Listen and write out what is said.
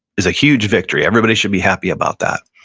is a huge victory. everybody should be happy about that.